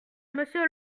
monsieur